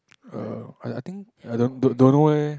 err I I think I don't don't know eh